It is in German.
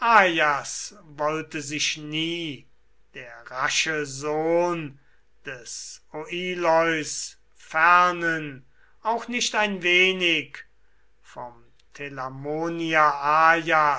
wollte sich nie der rasche sohn des oileus fernen auch nicht ein wenig vom